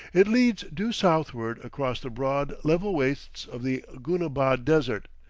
it leads due southward across the broad, level wastes of the goonabad desert,